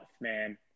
man